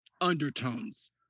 undertones